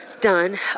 done